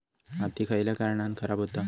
माती खयल्या कारणान खराब हुता?